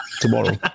tomorrow